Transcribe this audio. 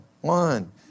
one